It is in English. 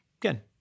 Again